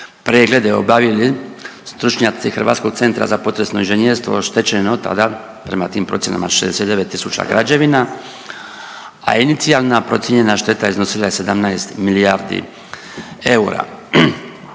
preglede obavili stručnjaci Hrvatskog centra za potresno inženjerstvo oštećeno tada prema tim procjenama 69 tisuća građevina, a inicijalna procijenjena šteta iznosila je 17 milijardi eura.